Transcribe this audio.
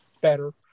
better